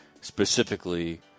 specifically